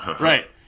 Right